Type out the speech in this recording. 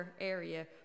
area